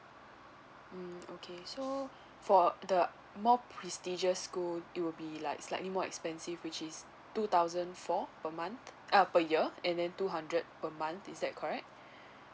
mm okay so for the more prestigious school it will be like slightly more expensive which is two thousand four per month uh per year and then two hundred per month is that correct